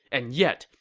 and yet,